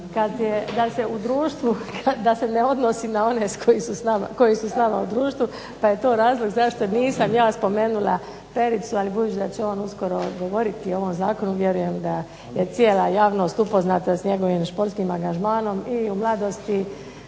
da se u društvu ne odnosi na one koji su s nama u društvu pa je to razlog zašto nisam ja spomenula Pericu, ali budući da će on uskoro govoriti o ovom zakonu vjerujem da je cijela javnost upoznata s njegovim športskim angažmanom i u "Mladosti"